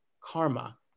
Karma